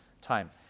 time